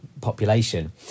population